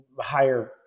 higher